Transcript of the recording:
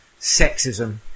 sexism